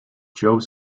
joe